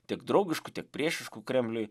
tiek draugiškų tiek priešiškų kremliui